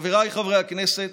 חבריי חברי הכנסת,